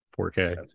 4k